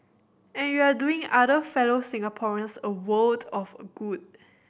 and you're doing other fellow Singaporeans a world of a good